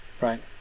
right